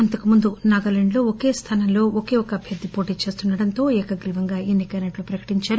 అంతకుముందు నాగాలాండ్ లో ఒకే స్థానంలో ఒకే ఒక్క అభ్యర్థి పోటీ చేస్తుండటంతో ఏకగ్రీవంగా ఎన్నికైనట్లు ప్రకటించారు